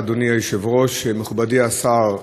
אדוני היושב-ראש, מכובדי השר,